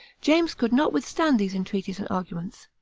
james could not withstand these entreaties and arguments,